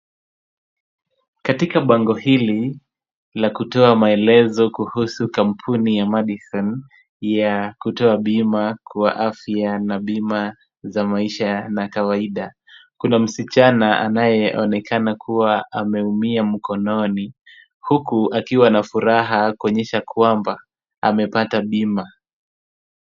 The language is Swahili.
Katika bango hili la kutoa maelezo kuhusu kampuni ya Madison ya kutoa bima kwa afya na bima za maisha ya kawaida. Kuna msichana anayeonekana kuwa ameumia mkononi huku akiwa na furaha kuonyesha kwamba amepata bima.